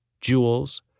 jewels